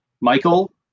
Michael